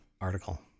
article